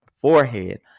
forehead